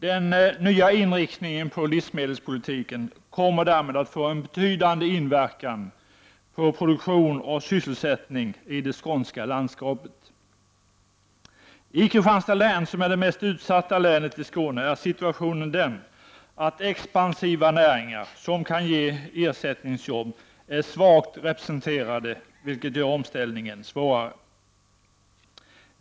Den nya inriktningen på livsmedelspolitiken kommer därmed att få en betydande inverkan på produktion och sysselsättning i det skånska landskapet. I Kristianstads län, som är det mest utsatta länet i Skåne, är situationen den att expansiva näringar som kan ge ersättningsjobb är svagt representerade, vilket gör omställningen svårare.